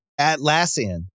Atlassian